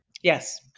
Yes